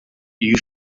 you